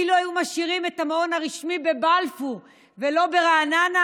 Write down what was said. אילו היו משאירים את המעון הרשמי בבלפור ולא ברעננה,